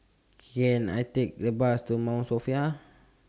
Can I Take A Bus to Mount Sophia